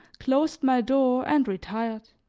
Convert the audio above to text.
closed my door and retired.